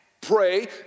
pray